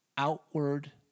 Outward